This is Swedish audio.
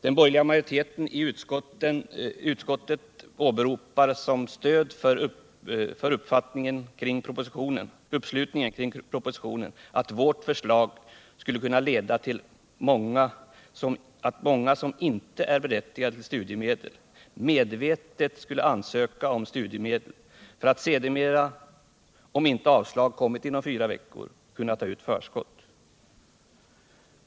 Den borgerliga majoriteten i utskottet åberopar som stöd för uppslutningen kring propositionen att vårt förslag skulle kunna leda till att många som inte är berättigade till studiemedel medvetet skulle ansöka om studiemedel för att sedermera, om inte avslag kommit inom fyra veckor, kunna ta ut förskott.